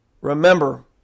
Remember